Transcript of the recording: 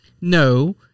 No